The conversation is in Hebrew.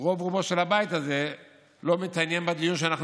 רוב-רובו של הבית הזה לא מתעניין בדיון שאנחנו